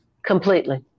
completely